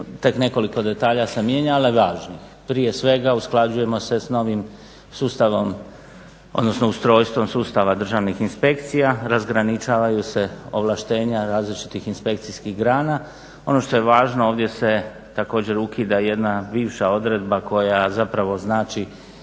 tek nekoliko detalja se mijenja ali važnih. Prije svega usklađujemo se sa novim sustavom, odnosno ustrojstvom sustava državnih inspekcija, razgraničavaju se ovlaštenja različitih inspekcijskih grana. Ono što je važno, ovdje se također ukida jedna bivša odredba koja zapravo znači